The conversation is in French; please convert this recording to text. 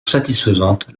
satisfaisante